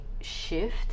shift